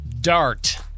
Dart